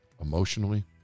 emotionally